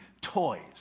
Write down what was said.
toys